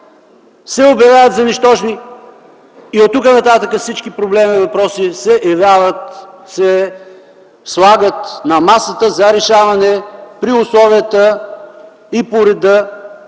се обявяват за нищожни”. И оттук нататък всички проблеми и въпроси се слагат на масата за решаване при условията и по реда